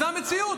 זאת המציאות.